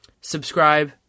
subscribe